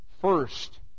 first